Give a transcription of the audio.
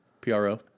P-R-O